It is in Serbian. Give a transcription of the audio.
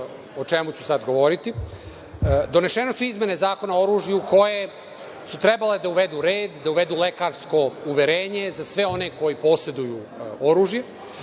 o čemu ću sada govoriti. Donete su izmene Zakona o oružju koje su trebale da uvedu red, da uvedu lekarsko uverenje za sve one koji poseduju oružje.